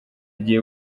igihe